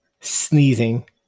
sneezing